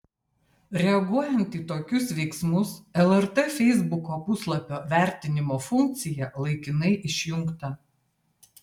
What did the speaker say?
reaguojant į tokius veiksmus lrt feisbuko puslapio vertinimo funkcija laikinai išjungta